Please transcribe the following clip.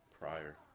prior